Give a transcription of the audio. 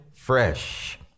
fresh